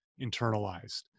internalized